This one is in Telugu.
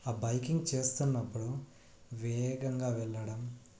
ఆ బైకింగ్ చేస్తున్నప్పుడు వేగంగా వెళ్ళడం